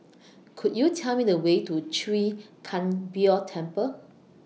Could YOU Tell Me The Way to Chwee Kang Beo Temple